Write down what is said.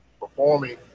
performing